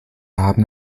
haben